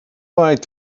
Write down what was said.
lied